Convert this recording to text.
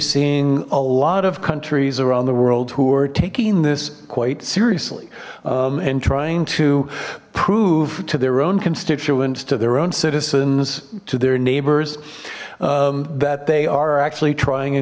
seeing a lot of countries around the world who are taking this quite seriously and trying to prove to their own constituents to their own citizens to their neighbors that they are actually trying a